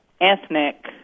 ethnic